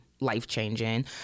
life-changing